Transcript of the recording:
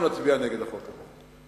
אנחנו נצביע נגד החוק הזה.